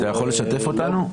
אתה יכול לשתף אותנו?